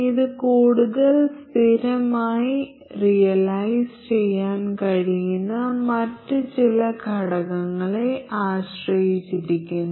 ഇത് കൂടുതൽ സ്ഥിരമായി റിയലൈസ് ചെയ്യാൻ കഴിയുന്ന മറ്റ് ചില ഘടകങ്ങളെ ആശ്രയിച്ചിരിക്കുന്നു